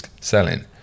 selling